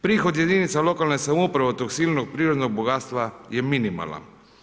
Prihod jedinica lokalne samouprave od tog silnog prirodnog bogatstva je minimalna.